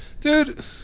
Dude